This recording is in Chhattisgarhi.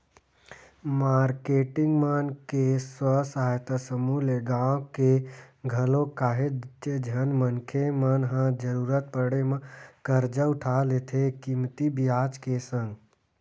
मारकेटिंग मन के स्व सहायता समूह ले गाँव के घलोक काहेच झन मनखे मन ह जरुरत पड़े म करजा उठा लेथे कमती बियाज के संग